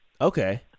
Okay